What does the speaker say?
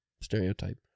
stereotype